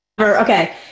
Okay